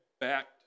back